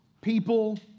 people